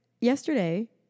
yesterday